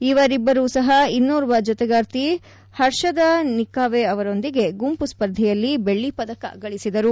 ಇವರಿಬ್ಲರೂ ಸಹ ಇನ್ನೋರ್ವ ಜೊತೆಗಾರ್ತಿ ಹಪದಾ ನಿಕಾವೆಯೊಂದಿಗೆ ಗುಂಪು ಸ್ಪರ್ಧೆಯಲ್ಲಿ ಬೆಳ್ಳಿ ಪದಕಗಳಿದರು